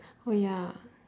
oh ya